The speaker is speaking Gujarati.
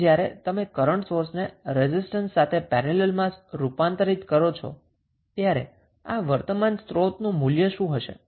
અહીં જ્યારે તમે કરન્ટ સોર્સ ને રેઝિસ્ટન્સ સાથે પેરેલલમાં રૂપાંતરિત કરો છો ત્યારે આ કરન્ટ સોર્સનું મૂલ્ય શું હશે